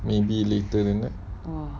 maybe later than that